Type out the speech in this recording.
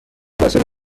وسایل